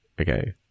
okay